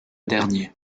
dernier